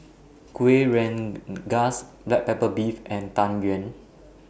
Kuih Rengas Black Pepper Beef and Tang Yuen